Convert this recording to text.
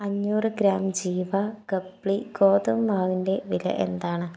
അഞ്ഞൂറ് ഗ്രാം ജീവ ഖപ്ലി ഗോതമ്പ് മാവിൻ്റെ വില എന്താണ്